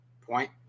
point